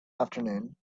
afternoon